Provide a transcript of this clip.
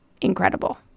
incredible